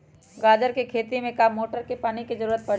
गाजर के खेती में का मोटर के पानी के ज़रूरत परी?